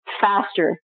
faster